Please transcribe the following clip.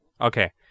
Okay